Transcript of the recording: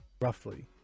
roughly